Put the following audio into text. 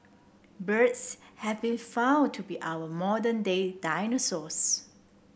birds have been found to be our modern day dinosaurs